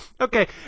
Okay